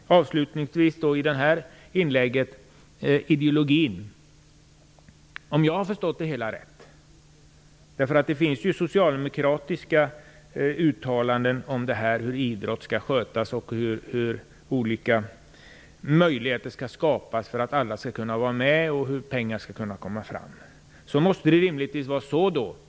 Jag vill i detta inlägg avslutningsvis om ideologin säga följande. Det finns ju socialdemokratiska uttalanden om hur idrotten skall skötas, om hur möjligheter skall skapas för att alla skall kunna vara med och hur pengar skall kunna komma fram.